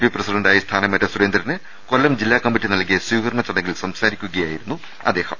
P പ്രസി ഡന്റായി സ്ഥാനമേറ്റ സുരേന്ദ്രന് കൊല്ലം ജില്ലാ കമ്മിറ്റി നൽകിയ സ്വീകരണ ചടങ്ങിൽ സംസാരിക്കുകയായിരുന്നു അദ്ദേഹം